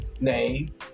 Name